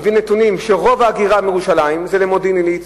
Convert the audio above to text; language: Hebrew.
נתונים שרוב ההגירה מירושלים זה למודיעין-עילית,